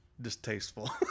distasteful